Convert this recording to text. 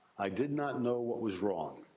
i did not know what was wrong.